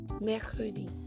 mercredi